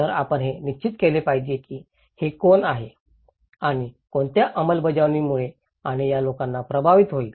तर आपण हे निश्चित केले पाहिजे की हे कोण आणि कोणत्या अंमलबजावणीमुळे आणि या लोकांना प्रभावित होईल